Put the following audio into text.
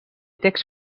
text